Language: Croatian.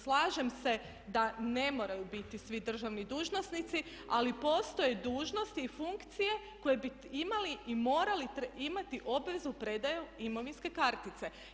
Slažem se da ne moraju svi biti državni dužnosnici, ali postoje dužnosti i funkcije koje bi imali i morali imati obvezu predaju imovinske kartice.